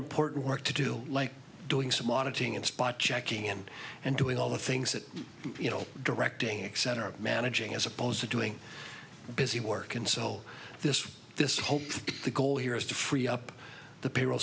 important work to do like doing so monitoring and spot checking in and doing all the things that you know directing accent or managing as opposed to doing busy work and so this this the goal here is to free up the payroll